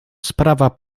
sprawa